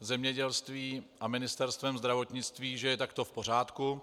zemědělství a Ministerstvem zdravotnictví, je takto v pořádku.